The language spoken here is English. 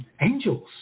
angels